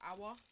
Hour